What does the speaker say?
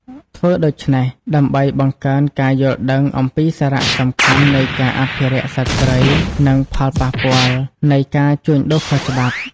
ធ្វើដូច្នេះ ដើម្បីបង្កើនការយល់ដឹងអំពីសារៈសំខាន់នៃការអភិរក្សសត្វព្រៃ និងផលប៉ះពាល់នៃការជួញដូរខុសច្បាប់។